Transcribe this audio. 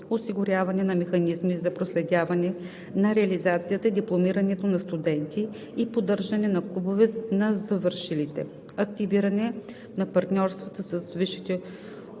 Осигуряване на механизми за проследяване на реализацията на дипломираните студенти и поддържане на клубове на завършилите. - Активизиране на партньорството на висшите